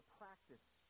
practice